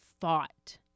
fought